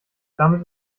damit